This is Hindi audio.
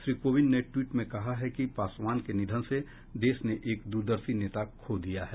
श्री कोविंद ने ट्वीट में कहा है कि पासवान के निधन से देश ने एक द्रदर्शी नेता खो दिया है